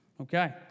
Okay